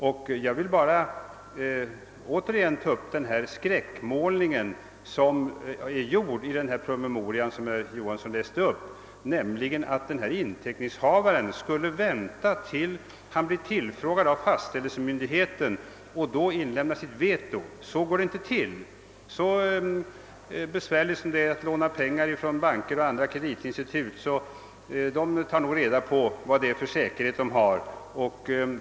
Och jag kommer tillbaka till skräckmålningen i den PM som herr Johansson i Torp läste upp. I denna PM hävdas att inteckningshavaren skulle vänta tills han blir tillfrågad av fastställelsemyndigheten och då inlägga sitt veto. Så går det inte till. Så besvärligt som det är att låna pengar från banker och andra kreditinstitut, tar de minsann reda på vilka säkerheter som finns.